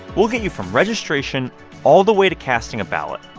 we'll get you from registration all the way to casting a ballot,